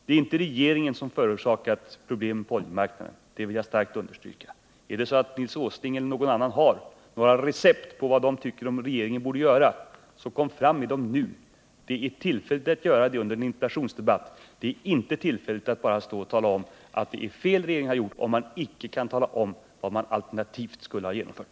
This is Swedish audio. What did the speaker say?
Det är inte regeringen som förorsakat problemen på oljemarknaden — det vill jag starkt understryka. Är det så att Nils Åsling eller någon annan har några recept på vad regeringen borde göra, så kom fram med dem nu! En interpellationsdebatt är ett tillfälle att göra det, men det är inte rätta tillfället att bara tala om att det är fel som regeringen har gjort, om man icke samtidigt kan ange vad man alternativt vill ha genomfört.